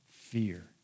fear